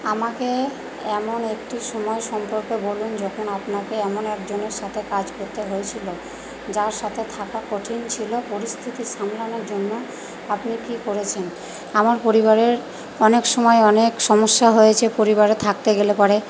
আমাকে এমন একটি সময় সম্পর্কে বলুন যখন আপনাকে এমন একজনের সাথে কাজ করতে হয়েছিলো যার সাথে থাকা কঠিন ছিলো পরিস্থিতি সামলানোর জন্য আপনি কী করেছেন আমার পরিবারের অনেক সময় অনেক সমস্যা হয়েছে পরিবারে থাকতে গেলে পরে